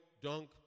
dunk